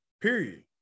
period